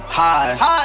high